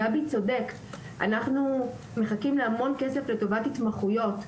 גבי צודק, אנחנו מחכים להמון כסף לטובת התמחויות.